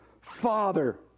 Father